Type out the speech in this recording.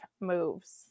moves